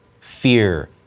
fear